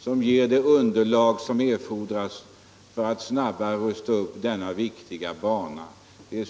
Det ger det underlag som erfordras för att snabbare rusta upp denna viktiga bana.